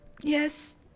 Yes